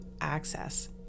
access